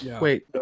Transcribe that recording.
Wait